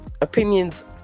opinions